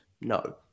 No